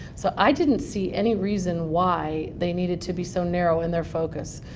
so i didn't see any reason why they needed to be so narrow in their focus.